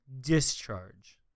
discharge